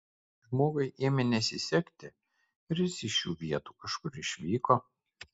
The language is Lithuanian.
žmogui ėmė nesisekti ir jis iš šių vietų kažkur išvyko